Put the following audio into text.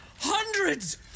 Hundreds